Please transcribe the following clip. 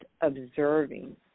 observing